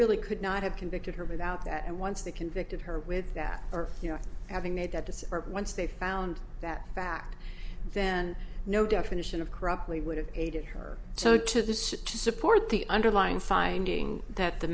really could not have convicted her without that and once they convicted her with that or you know having made that decision once they found that fact then no definition of corruptly would have aided her so to this should support the underlying finding that the